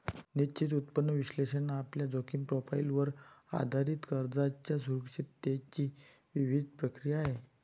निश्चित उत्पन्न विश्लेषण आपल्या जोखीम प्रोफाइलवर आधारित कर्जाच्या सुरक्षिततेची विहित प्रक्रिया आहे